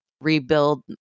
rebuild